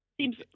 seems